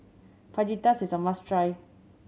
fajitas is a must try